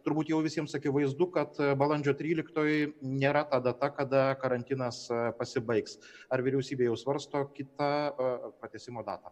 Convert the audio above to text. turbūt jau visiems akivaizdu kad balandžio tryliktoji nėra ta data kada karantinas pasibaigs ar vyriausybė jau svarsto kitą pratęsimo datą